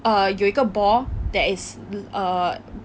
err 有一个 ball that is err